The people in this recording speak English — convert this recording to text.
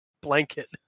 blanket